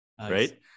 right